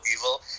evil